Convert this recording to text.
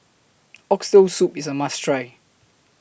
Oxtail Soup IS A must Try